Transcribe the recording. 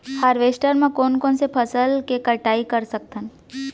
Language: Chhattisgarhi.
हारवेस्टर म कोन कोन से फसल के कटाई कर सकथन?